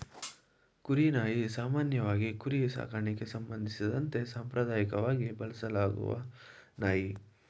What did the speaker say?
ಕುರಿ ನಾಯಿ ಸಾಮಾನ್ಯವಾಗಿ ಕುರಿ ಸಾಕಣೆಗೆ ಸಂಬಂಧಿಸಿದಂತೆ ಸಾಂಪ್ರದಾಯಕವಾಗಿ ಬಳಸಲಾಗುವ ನಾಯಿ